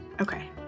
Okay